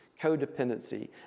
codependency